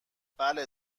بله